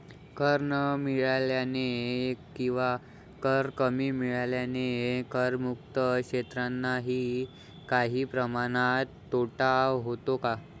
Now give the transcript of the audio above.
कर न मिळाल्याने किंवा कर कमी मिळाल्याने करमुक्त क्षेत्रांनाही काही प्रमाणात तोटा होतो का?